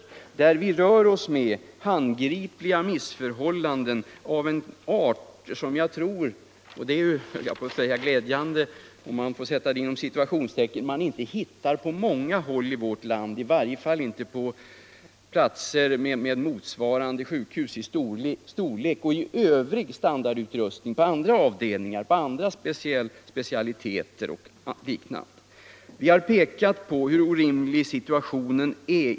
Där rör det sig om missförhållanden av en art som jag tror att det är svårt att hitta på många håll i vårt land, i varje fall på platser med sjukhus av motsvarande storlek. Vi har pekat på hur orimlig situationen är.